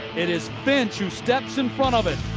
it is finch who steps in front of it.